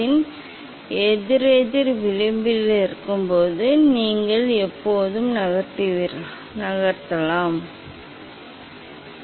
இப்போது தொலைநோக்கியை நோக்கி சுழலும் இந்த விளிம்பின் கோணத்தை நான் அதிகரித்துள்ளேன் இப்போது படத்தை கூர்மையாக்குவதற்கு இந்த தொலைநோக்கி ஃபோகஸ் குமிழியை சரிசெய்ய வேண்டும் நான் செய்துள்ளேன்